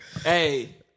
hey